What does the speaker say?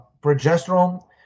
progesterone